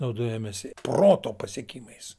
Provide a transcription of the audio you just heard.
naudojamės proto pasiekimais